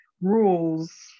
rules